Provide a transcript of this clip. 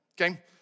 okay